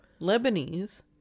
Lebanese